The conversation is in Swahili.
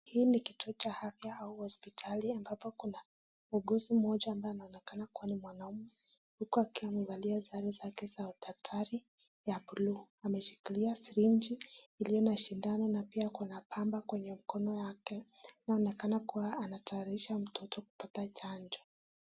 Hii ni kituo cha afya au hospitali ambapo kuna muuguzi mmoja , anaonekana kuwa mwanaume amevalia sare zake za udaktari ya buluu, ameshikiliasirinji iliyo na shindano na pia kuna pamba kwenye mkono wake. Anaonekana kuwa anatayarisha mtoto kupata chanjo.